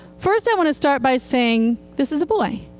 first, i want to start by saying, this is a boy,